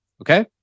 okay